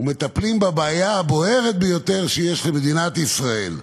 ומטפלים בבעיה הבוערת ביותר של מדינת ישראל: